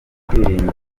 kwirinda